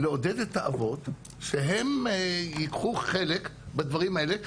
לעודד את האבות שהם ייקחו חלק בדברים האלה,